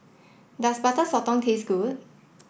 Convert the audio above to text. does Butter Sotong taste good